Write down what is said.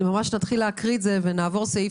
שנתחיל להקריא ולעבור סעיף